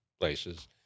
places